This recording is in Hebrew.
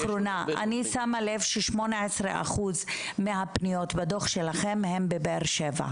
ש-18% מהפניות בדוח שלכם הן בבאר שבע.